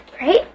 right